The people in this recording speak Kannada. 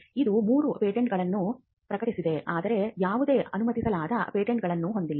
ಇದು 3 ಪೇಟೆಂಟ್ಗಳನ್ನು ಪ್ರಕಟಿಸಿದೆ ಆದರೆ ಯಾವುದೇ ಅನುಮತಿಸಲಾದ ಪೇಟೆಗಳನ್ನು ಹೊಂದಿಲ್ಲ